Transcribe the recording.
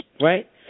right